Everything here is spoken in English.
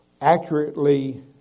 accurately